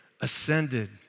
ascended